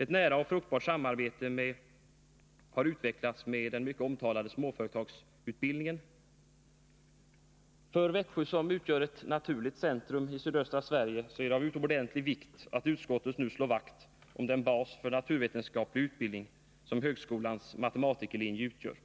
Ett nära och fruktbart samarbete har utvecklats med den mycket omtalade småföretagarutbildningen. För Växjö, som utgör ett naturligt centrum i sydöstra Sverige, är det av utomordentlig vikt att utskottet nu slår vakt om den bas för naturvetenskaplig utbildning som högskolans matematikerlinje utgör.